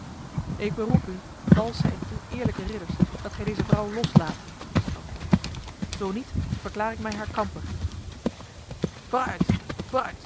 ik beroep u valse en oneerlijke ridders dat gij deze vrouw loslaat was het antwoord zo niet verklaar ik mij haar kamper